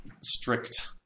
strict